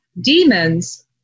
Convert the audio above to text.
demons